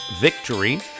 Victory